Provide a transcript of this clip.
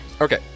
Okay